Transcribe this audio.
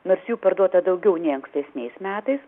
nors jų parduota daugiau nei ankstesniais metais